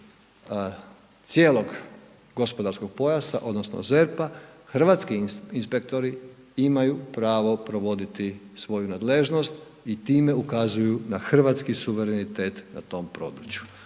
cijelog gospodarskog pojasa odnosno ZERP-a hrvatski inspektori imaju pravo provoditi svoju nadležnost i time ukazuju na hrvatski suverenitet na tom području,